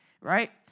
right